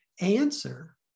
answer